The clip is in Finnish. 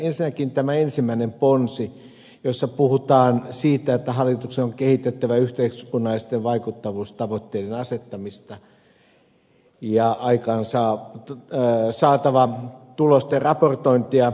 ensinnäkin tämä ensimmäinen ponsi jossa puhutaan siitä että hallituksen on kehitettävä yhteiskunnallisten vaikuttavuustavoitteiden asettamista ja aikaansaatava tulosten raportointia